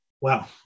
Wow